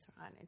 right